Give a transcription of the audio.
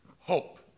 hope